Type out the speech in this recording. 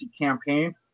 campaign